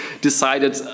decided